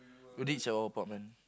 reach our apartment